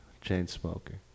chain-smoking